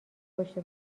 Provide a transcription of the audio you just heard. پشت